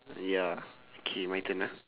ya okay my turn ah